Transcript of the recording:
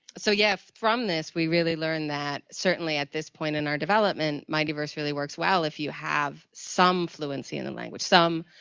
so yes, from this, we really learned that certainly at this point in our development, mightverse really works well if you have some fluency in the language. some,